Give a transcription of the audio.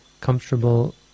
comfortable